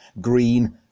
Green